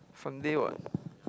Sunday [what]